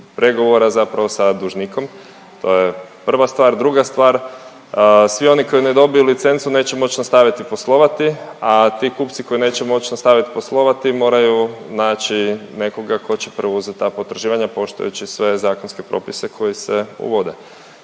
pregovora zapravo sa dužnikom. To je prva stvar. Druga stvar, svi oni koji ne dobiju licencu neće moći nastaviti poslovati, a ti kupci koji neće moći nastaviti poslovati moraju naći nekoga tko će preuzeti ta potraživanja poštujući sve zakonske propise koji se uvode